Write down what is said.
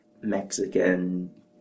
Mexican